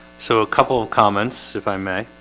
so a couple of comments if i may